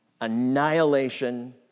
Annihilation